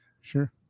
sure